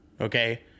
Okay